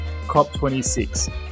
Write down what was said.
COP26